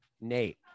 Nate